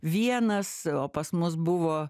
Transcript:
vienas o pas mus buvo